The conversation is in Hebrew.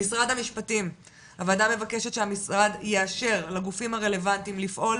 למשרד המשפטים הוועדה מבקשת שהמשרד יאשר לגופים הרלוונטיים לפעול